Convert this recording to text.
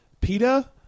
PETA